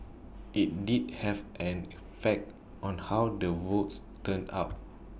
IT did have an effect on how the votes turned out